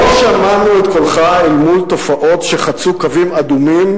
לא שמענו את קולך אל מול תופעות שחצו קווים אדומים